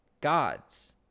gods